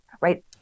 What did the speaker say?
right